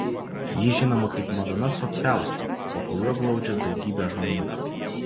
ji žinoma kaip madona su apsiaustu po kuriuo glaudžia daugybę žmonių